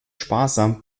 sparsam